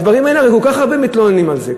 הדברים האלה, הרי כל כך הרבה מתלוננים על זה.